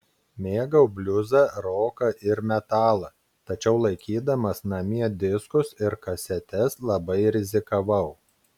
mėgau bliuzą roką ir metalą tačiau laikydamas namie diskus ir kasetes labai rizikavau